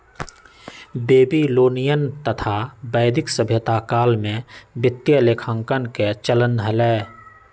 Babylonian तथा वैदिक सभ्यता काल में वित्तीय लेखांकन के चलन हलय